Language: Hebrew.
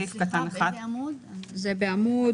עשינו תיקון בסעיף, במקום